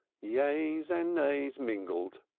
yeas and nays mingled.